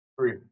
Three